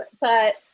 but-